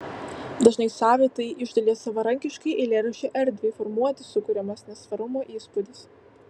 dažnai savitai iš dalies savarankiškai eilėraščio erdvei formuoti sukuriamas nesvarumo įspūdis